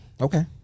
Okay